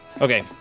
Okay